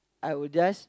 I would just